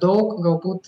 daug galbūt